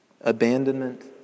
Abandonment